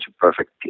perfect